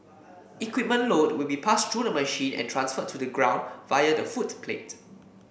equipment load will be passed through the machine and transferred to the ground via the footplate